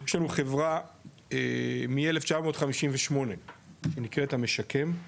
יש לנו חברה מ-1958 שנקראת 'המשקם',